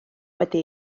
wedi